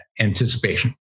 anticipation